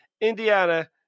Indiana